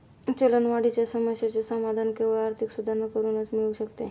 चलनवाढीच्या समस्येचे समाधान केवळ आर्थिक सुधारणा करूनच मिळू शकते